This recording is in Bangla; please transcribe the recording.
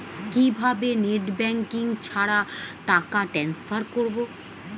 কিভাবে নেট ব্যাঙ্কিং ছাড়া টাকা টান্সফার করব?